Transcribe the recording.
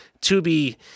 to-be